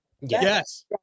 Yes